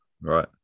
right